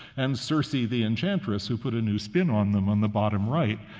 and circe, the the enchantress, who put a new spin on them, on the bottom right.